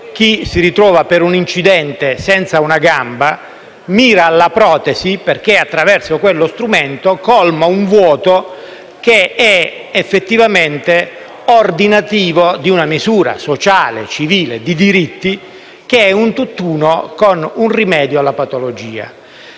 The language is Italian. chi si ritrova per un incidente senza una gamba mira alla protesi, perché, attraverso quello strumento, colma un vuoto che è effettivamente ordinativo di una misura sociale, civile e di diritti ed è un tutt'uno con il rimedio alla patologia.